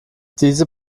diese